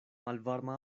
malvarma